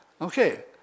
Okay